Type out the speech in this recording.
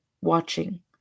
watching